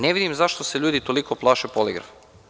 Ne vidim zašto se ljudi toliko plaše poligrafa.